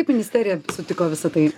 kaip ministerija sutiko visa tai